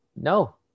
No